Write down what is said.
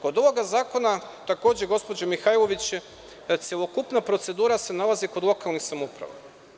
Kod ovog zakona takođe, gospođo Mihajlović, celokupna procedura se nalazi kod lokalnih samouprava.